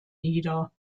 nieder